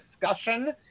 discussion